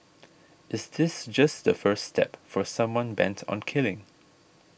is this just the first step for someone bent on killing